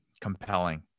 compelling